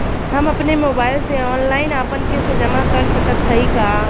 हम अपने मोबाइल से ऑनलाइन आपन किस्त जमा कर सकत हई का?